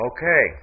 Okay